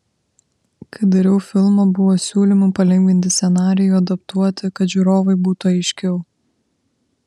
kai dariau filmą buvo siūlymų palengvinti scenarijų adaptuoti kad žiūrovui būtų aiškiau